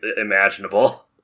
imaginable